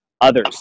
others